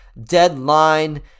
deadline